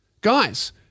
Guys